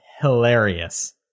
hilarious